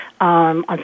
on